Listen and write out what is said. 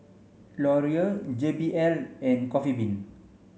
Laurier J B L and Coffee Bean